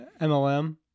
mlm